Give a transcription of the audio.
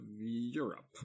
Europe